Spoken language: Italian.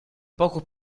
poco